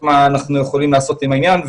מה אנחנו יכולים לעשות עם העניין,